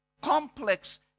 complex